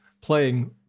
playing